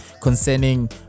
concerning